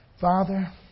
Father